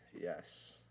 Yes